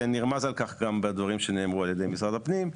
נרמז על כך גם בדברים שנאמרו על ידי משרד הפנים,